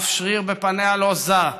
אף שריר בפניה לא זע,